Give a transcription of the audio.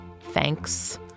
Thanks